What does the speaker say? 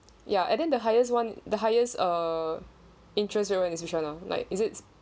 ya and then the highest one the highest uh interest rate is which one ah like is it